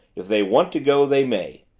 if they want to go, they may.